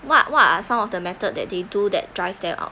what what are some of the method that they do that drive them out